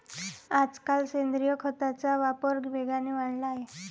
आजकाल सेंद्रिय खताचा वापर वेगाने वाढला आहे